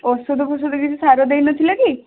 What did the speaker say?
ଔଷଧ ଫୌଷଧ କିଛି ସାର ଦେଇନଥିଲ କି